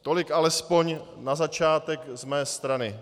Tolik aspoň na začátek z mé strany.